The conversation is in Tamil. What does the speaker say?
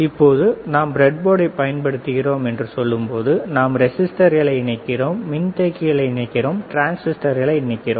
இப்போது நாம் ப்ரெட்போர்டைப் பயன்படுத்துகிறோம் என்று சொல்லும்போது நாம் ரெசிஸ்டர்களை இணைக்கிறோம் மின்தேக்கிகளை இணைக்கிறோம் டிரான்சிஸ்டர்களை இணைக்கிறோம்